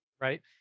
right